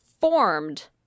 formed